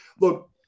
Look